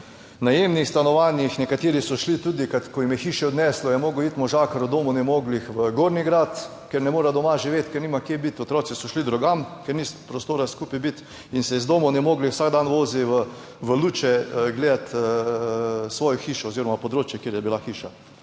najemnih stanovanjih. Nekateri so šli tudi, ko jim je hiše odneslo, je moral iti možakar v domu, ne mogli v Gornji grad, ker ne morejo doma živeti, ker nima kje biti, otroci so šli drugam, ker ni prostora skupaj biti in se iz doma ne mogli, vsak dan vozi v Luče gledati. Svojo hišo oziroma področje, kjer je bila hiša.